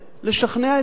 לשכנע את העם.